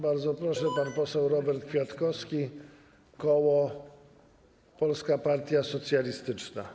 Bardzo proszę, pan poseł Robert Kwiatkowski, koło Polska Partia Socjalistyczna.